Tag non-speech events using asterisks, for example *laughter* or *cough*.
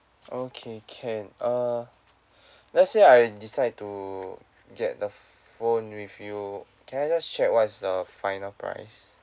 okay can err *breath* let's say I decide to get a phone with you can I just check what is the final price